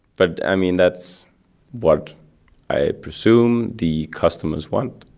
but, i mean, that's what i presume the customers want.